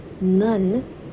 none